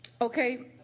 Okay